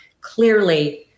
Clearly